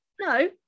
no